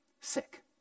sick